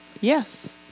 yes